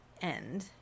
end